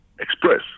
express